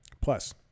plus